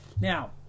Now